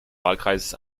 wahlkreises